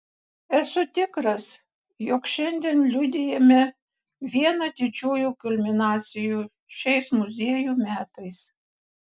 esu tikras jog šiandien liudijame vieną didžiųjų kulminacijų šiais muziejų metais